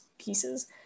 pieces